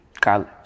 college